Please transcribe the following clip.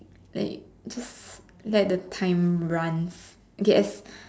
and just let the time runs get as